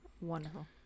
Wonderful